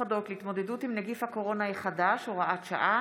הצעת חוק סמכויות מיוחדות להתמודדות עם נגיף הקורונה החדש (הוראת שעה)